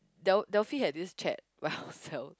Del~ Delphy had this chat by ourselves